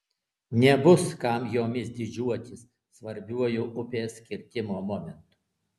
nebus kam jomis didžiuotis svarbiuoju upės kirtimo momentu